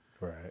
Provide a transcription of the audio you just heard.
Right